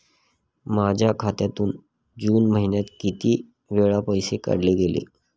माझ्या खात्यातून जून महिन्यात किती वेळा पैसे काढले गेले?